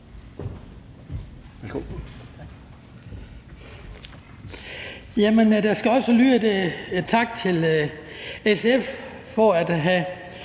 tak til SF for at have